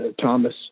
Thomas